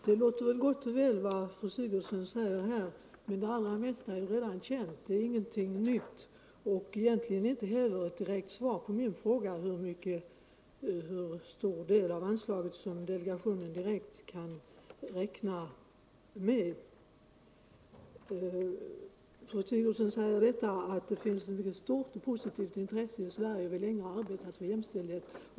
Herr talman! Det som fru Sigurdsen säger låter gott och väl. Men det allra mesta är redan känt. Det hon sade är ingenting nytt, och det är inte heller något direkt svar på min fråga hur stor del av anslaget som delegationen direkt kan räkna med. Fru Sigurdsen säger att det finns ett stort positivt intresse och att vi i Sverige länge har arbetat för jämställdhet.